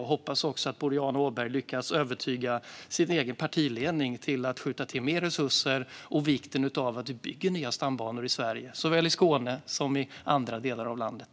Jag hoppas också att Boriana Åberg lyckas övertyga sin egen partiledning att skjuta till mer resurser och om vikten av att vi bygger nya stambanor Sverige, såväl i Skåne som i andra delar av landet.